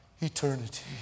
eternity